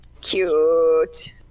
cute